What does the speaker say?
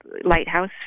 lighthouse